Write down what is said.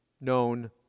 known